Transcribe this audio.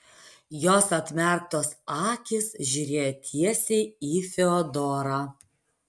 jos atmerktos akys žiūrėjo tiesiai į fiodorą